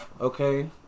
okay